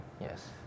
yes